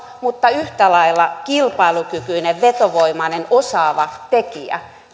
mutta yhtä lailla kilpailukykyinen vetovoimainen osaava tekijä